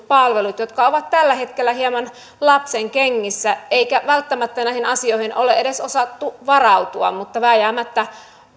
palvelut jotka ovat tällä hetkellä hieman lapsenkengissä eikä välttämättä näihin asioihin ole edes osattu varautua mutta vääjäämättä